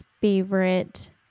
favorite